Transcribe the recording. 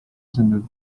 asendada